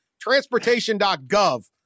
Transportation.gov